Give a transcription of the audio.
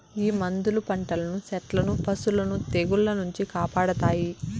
ఈ మందులు పంటలను సెట్లను పశులను తెగుళ్ల నుంచి కాపాడతాయి